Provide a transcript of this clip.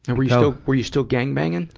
and were you know were you still gang-banging?